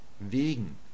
Wegen